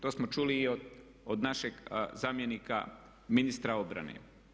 To smo čuli i od našeg zamjenika ministra obrane.